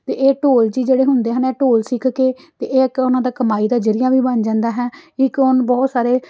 ਅਤੇ ਇਹ ਢੋਲਚੀ ਜਿਹੜੇ ਹੁੰਦੇ ਹਨ ਇਹ ਢੋਲ ਸਿੱਖ ਕੇ ਤਾਂ ਇਹ ਇੱਕ ਉਹਨਾਂ ਦਾ ਕਮਾਈ ਦਾ ਜ਼ਰੀਆ ਵੀ ਬਣ ਜਾਂਦਾ ਹੈ ਇੱਕ ਉਹ ਬਹੁਤ ਸਾਰੇ